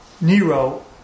Nero